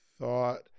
thought